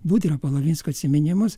budrio palavinsko atsiminimus